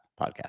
podcast